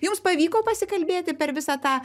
jums pavyko pasikalbėti per visą tą